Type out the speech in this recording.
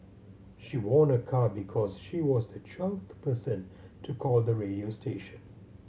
she won a car because she was the twelfth person to call the radio station